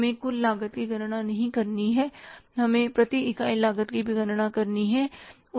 हमें कुल लागत की गणना नहीं करनी है हमें प्रति इकाई लागत की भी गणना करनी होगी